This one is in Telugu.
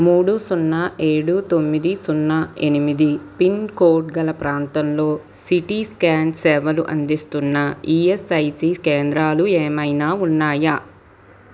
మూడు సున్నా ఏడు తొమ్మిది సున్నా ఎనిమిది పిన్ కోడ్ గల ప్రాంతంలో సిటీ స్కాన్ సేవలు అందిస్తున్న ఈఎస్ఐసి కేంద్రాలు ఏమైనా ఉన్నాయా